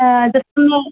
ആ